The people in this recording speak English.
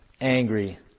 angry